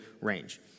range